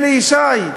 אלי ישי,